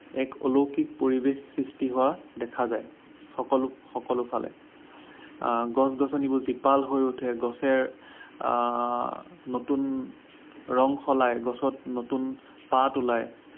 এক অলৌকিক পৰিৱেশ সৃষ্টি হোৱা দেখা যায় সকলো সকলো ফালে গছ গছনিবোৰ জীপাল হৈ উঠে গছে নতুন ৰং সলায় গছত নতুন পাত ওলায়